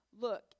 Look